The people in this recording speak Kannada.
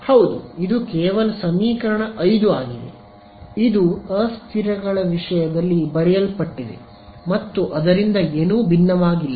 ಹೌದು ಇದು ಕೇವಲ ಸಮೀಕರಣ 5 ಆಗಿದೆ ಇದು ಅಸ್ಥಿರಗಳ ವಿಷಯದಲ್ಲಿ ಬರೆಯಲ್ಪಟ್ಟಿದೆ ಮತ್ತು ಅದರಿಂದ ಏನೂ ಭಿನ್ನವಾಗಿಲ್ಲ